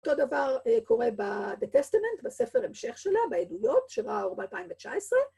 אותו דבר קורה ב-The Testament, בספר המשך שלה, בעדויות, שראה אור ב-2019